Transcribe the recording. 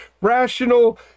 rational